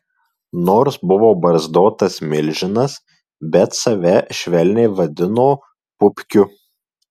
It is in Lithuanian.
nors buvo barzdotas milžinas bet save švelniai vadino pupkiu